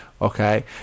Okay